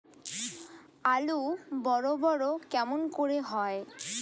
আলু বড় বড় কেমন করে হয়?